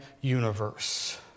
universe